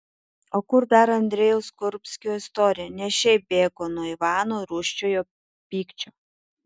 o kur dar andrejaus kurbskio istorija ne šiaip bėgo nuo ivano rūsčiojo pykčio